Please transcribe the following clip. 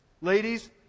Ladies